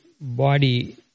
body